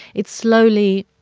it slowly